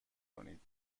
کنید